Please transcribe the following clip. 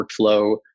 workflow